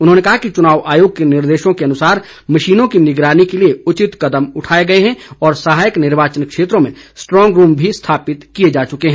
उन्होंने कहा कि चुनाव आयोग के निर्देशों के अनुसार मशीनों की निगरानी के लिए उचित कदम उठाए गए हैं और सहायक निर्वाचन क्षेत्रों में स्ट्रांग रूम भी स्थापित किए जा चुके हैं